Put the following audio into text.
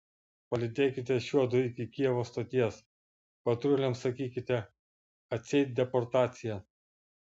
palydėkite šiuodu iki kijevo stoties patruliams sakykite atseit deportacija